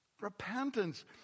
Repentance